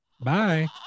bye